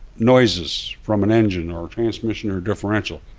noises from an engine or transmission or differential.